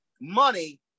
money